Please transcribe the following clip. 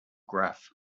graph